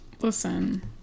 Listen